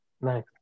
Nice